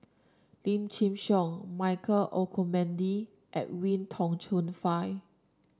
Lim Chin Siong Michael Olcomendy and Edwin Tong Chun Fai